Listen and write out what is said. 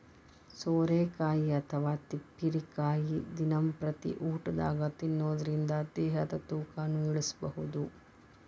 ಸೋರೆಕಾಯಿ ಅಥವಾ ತಿಪ್ಪಿರಿಕಾಯಿ ದಿನಂಪ್ರತಿ ಊಟದಾಗ ತಿನ್ನೋದರಿಂದ ದೇಹದ ತೂಕನು ಇಳಿಸಬಹುದು